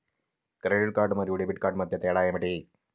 Credit card మరియు debit card మధ్య తేడా ఏమిటి?